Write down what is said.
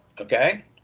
Okay